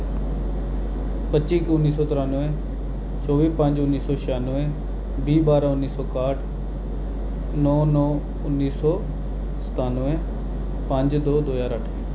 पं'जी इक उन्नी सौ त्रानुएं चौह्बी पंज उन्नी सौ छेआनुएं बीह् बारां उन्नी सौ काह्ट नौ नौ उन्नी सौ सतानुएं पंज दो दो ज्हार अट्ठ